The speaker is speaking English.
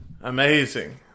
amazing